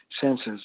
senses